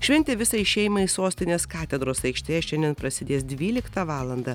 šventė visai šeimai sostinės katedros aikštėje šiandien prasidės dvyliktą valandą